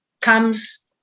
comes